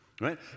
right